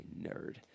nerd